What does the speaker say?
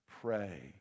Pray